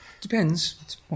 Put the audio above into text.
depends